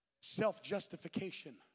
Self-justification